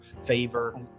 favor